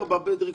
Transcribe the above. דירקטור,